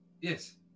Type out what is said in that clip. Yes